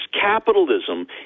capitalism